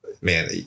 man